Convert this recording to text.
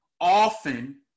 often